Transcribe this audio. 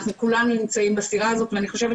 אנחנו כולנו נמצאים בסירה הזאת ואני חושבת